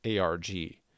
ARG